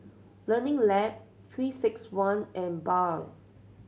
Learning Lab Three Six One and Biore